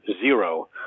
zero